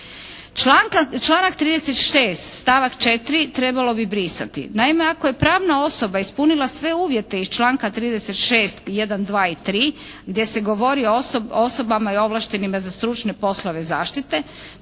Članak 36. stavak 4. trebalo bi brisati. Naime, ako je pravna osoba ispunila sve uvjete iz članka 36. i 1., 2. i 3. gdje se govori o osobama ovlaštenima za stručne poslove zaštite